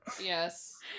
Yes